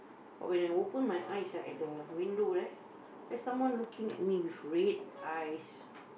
but when I open my eyes ah at the window there there's someone looking at me with red eyes